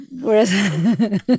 Whereas